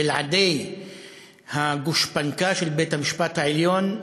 בלעדי הגושפנקה של בית-המשפט העליון,